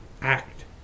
act